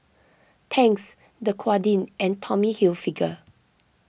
Tangs Dequadin and Tommy Hilfiger